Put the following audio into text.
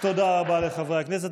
תודה רבה לחברי הכנסת.